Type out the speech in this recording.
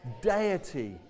deity